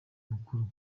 mukuru